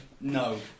No